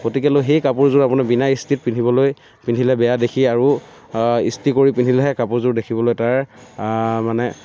গতিকে লৈ সেই কাপোৰযোৰ আপুনি বিনা ইস্ত্ৰিত পিন্ধিবলৈ পিন্ধিলে বেয়া দেখি আৰু ইস্ত্ৰি কৰি পিন্ধিলেহে কাপোৰযোৰ দেখিবলৈ তাৰ মানে